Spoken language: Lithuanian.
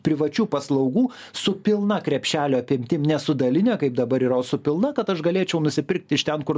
privačių paslaugų su pilna krepšelio apimtim nesu daline kaip dabar yra o su pilna kad aš galėčiau nusipirkt iš ten kur